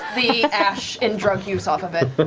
the ash and drug use off of it. but